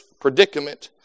predicament